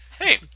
Hey